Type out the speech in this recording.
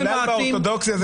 האורתודוכסים,